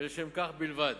ולשם כך בלבד,